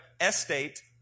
estate